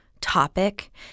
topic